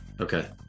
Okay